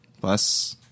plus